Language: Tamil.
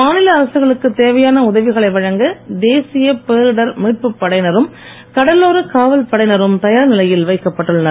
மாநில அரசுகளுக்கு தேவையான உதவிகளை வழங்க தேசியப் பேரிடர் மீட்புப் படையினரும் கடலோரக் காவல்படையினரும் தயார் நிலையில் வைக்கப்பட்டுள்ளனர்